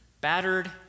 battered